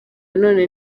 none